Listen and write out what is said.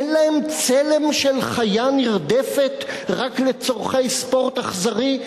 אין להם צלם של חיה נרדפת רק לצורכי ספורט אכזרי?